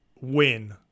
win